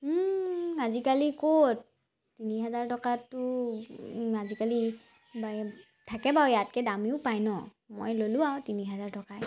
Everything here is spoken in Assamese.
আজিলাকি ক'ত তিনি হাজাৰ টকাততো আজিকালি নাই থাকে বাৰু ইয়াতকৈ দামীও পায় ন মই ল'লোঁ আৰু তিনি হাজাৰ টকাই